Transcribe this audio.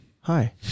Hi